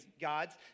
gods